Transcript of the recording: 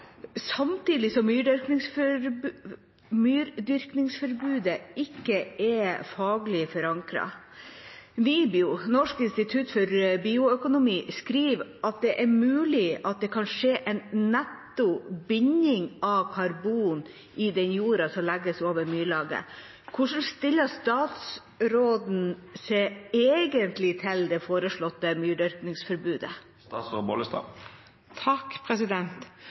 samtidig som myrdyrkingsforbudet ikke er faglig forankret. Norsk institutt for bioøkonomi skriver at det er mulig at det kan skje en netto binding av karbon i den jorda som legges over myrlaget. Hvordan stiller statsråden seg til det foreslåtte myrdyrkingsforbudet?»